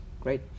Great